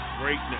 greatness